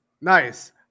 Nice